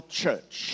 church